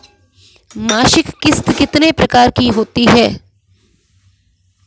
मासिक किश्त कितने प्रकार की होती है?